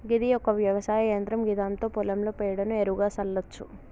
గిది ఒక వ్యవసాయ యంత్రం గిదాంతో పొలంలో పేడను ఎరువుగా సల్లచ్చు